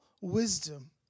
wisdom